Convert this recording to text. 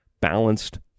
Balanced